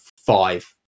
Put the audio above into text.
five